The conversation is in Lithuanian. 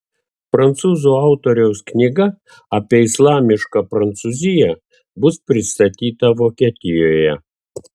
prancūzų autoriaus knyga apie islamišką prancūziją bus pristatyta vokietijoje